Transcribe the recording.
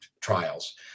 trials